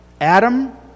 Adam